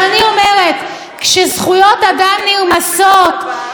אני אומרת: כשזכויות אדם נרמסות,